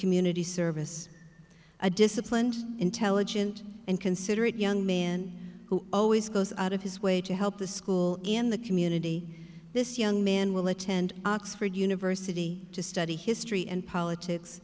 community service a disciplined intelligent and considerate young man who always goes out of his way to help the school in the community this young man will attend oxford university to study history and politics